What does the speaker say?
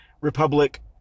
republic